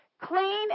Clean